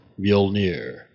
Mjolnir